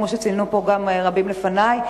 כמו שציינו פה גם רבים לפני,